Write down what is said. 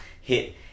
hit